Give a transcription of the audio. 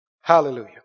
Hallelujah